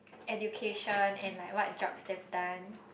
education and like what jobs they've done